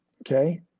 okay